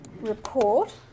report